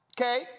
okay